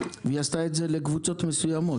והיא עשתה את זה לקבוצות מסוימות.